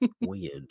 weird